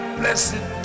blessed